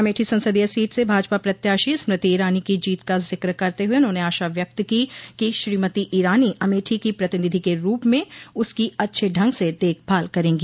अमेठी संसदीय सीट से भाजपा प्रत्याशी स्मृति ईरानी की जीत का जिक्र करते हुए उन्होंने आशा व्यक्त की कि श्रोमती ईरानी अमेठी की प्रतिनिधि के रूप में उसकी अच्छे ढंग से देखभाल करेंगी